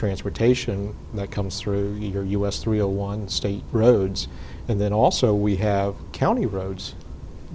transportation that comes through here us three a one state roads and then also we have county roads